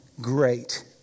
great